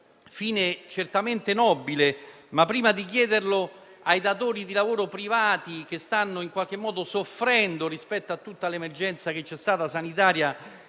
fine certamente nobile, ma, prima di chiederlo ai datori di lavoro privati, che stanno in qualche modo soffrendo rispetto all'emergenza sanitaria